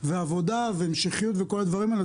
בכל הדברים הללו.